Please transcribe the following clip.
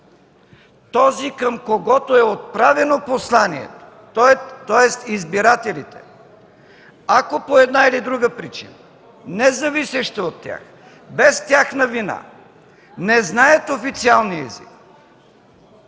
този, към когото е отправено посланието, тоест избирателите, ако по една или друга причина, независеща от тях, без тяхна вина не знаят официалния език,